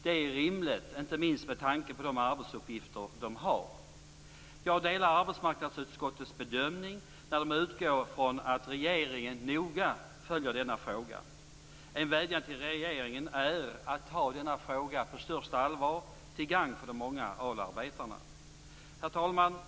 Det är rimligt inte minst med tanke på de arbetsuppgifter de har. Jag delar arbetsmarknadsutskottets bedömning när det utgår från att regeringen noga följer denna fråga. En vädjan till regeringen är att ta denna fråga på största allvar, till gagn för de många ALU-arbetarna. Herr talman!